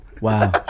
wow